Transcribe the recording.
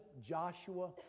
Joshua